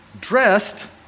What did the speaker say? dressed